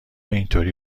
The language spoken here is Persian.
اینطوری